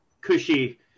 cushy